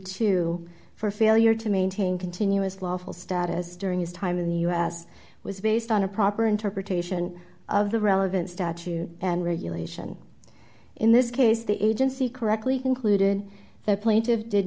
two for failure to maintain continuous lawful status during his time in the us was based on a proper interpretation of the relevant statue and regulation in this case the agency correctly concluded